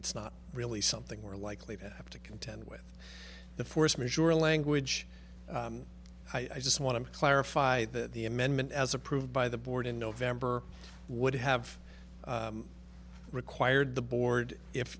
it's not really something more likely to have to contend with the force majeure language i just want to clarify that the amendment as approved by the board in november would have required the board if